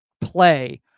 play